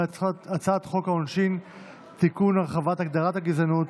והצעת חוק העונשין (תיקון, הרחבת הגדרת הגזענות),